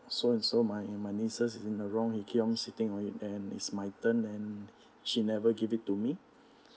so and so my my nieces in the wrong he keep on sitting on it and it's my turn and she never give it to me